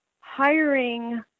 hiring